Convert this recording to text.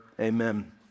Amen